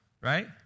right